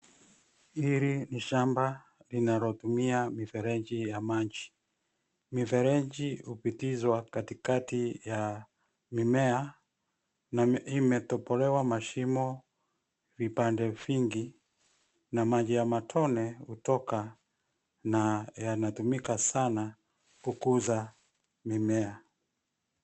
Hili ni shamba linalotumia mifereji ya maji. Mifereji hupitizwa katikati ya mimea na imetobolewa mashimo vipande vingi na maji ya matone hutoka na yanatumika sana kukuza mimea.